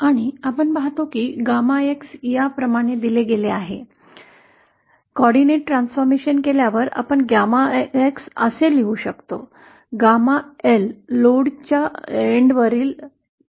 आणि आपण पाहतो की ℾ या प्रमाणे दिले गेले आहे समन्वय परिवर्तन केल्यावर आम्ही ℾअसे लिहू शकतो जिथे ℾलोडच्या शेवटी परावर्तन गुणांक आहे